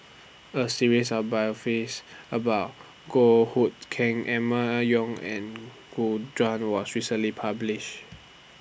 A series of biographies about Goh Hood Keng Emma Yong and Gu Juan was recently published